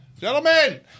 Gentlemen